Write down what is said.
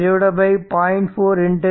256 0